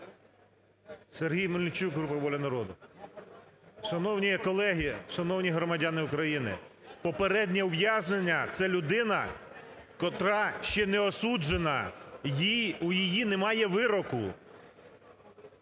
Сергій Мельничук, група "Воля народу". Шановні колеги! Шановні громадяни України! Попереднє ув'язнення – це людина котра ще не осуджена, у її немає вироку.